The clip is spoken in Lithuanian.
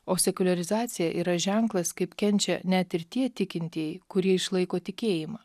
o sekuliarizacija yra ženklas kaip kenčia net ir tie tikintieji kurie išlaiko tikėjimą